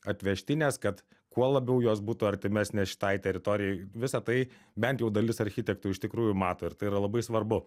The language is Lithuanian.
atvežtinės kad kuo labiau jos būtų artimesnės šitai teritorijai visa tai bent jau dalis architektų iš tikrųjų mato ir tai yra labai svarbu